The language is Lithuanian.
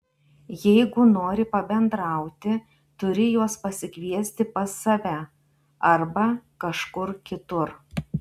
jeigu nori pabendrauti turi juos pasikviesti pas save arba kažkur kitur